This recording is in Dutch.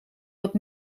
dat